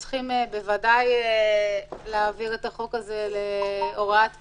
בוודאי שצריך להעביר את החוק הזה להוראת קבע.